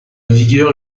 vigueur